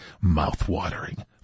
Mouth-watering